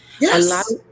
yes